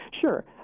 Sure